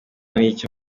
n’icyo